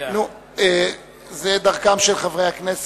הקצאה שוויונית